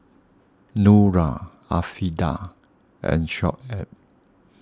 Nura Afiqah and Shoaib